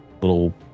little